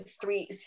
three